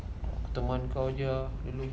teman kau you know